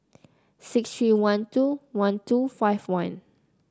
six three one two one two five one